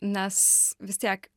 nes vis tiek